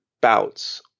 bouts